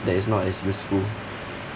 that is not as useful